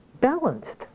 balanced